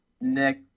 Nick